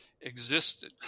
existed